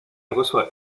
reçoit